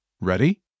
Ready